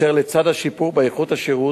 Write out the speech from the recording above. אשר לצד השיפור באיכות השירות,